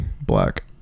black